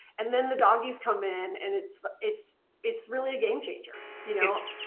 and then the doggies come in and it's it's it's really a game changer. you know?